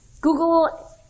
Google